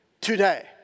today